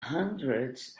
hundreds